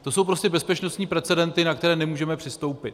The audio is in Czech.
To jsou prostě bezpečnostní precedenty, na které nemůžeme přistoupit.